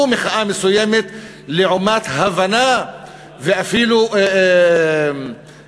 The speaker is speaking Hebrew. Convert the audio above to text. מחאה מסוימת לעומת הבנה ואפילו סלחנות